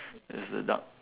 is the duck